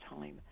time